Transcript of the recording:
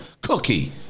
Cookie